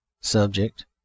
subject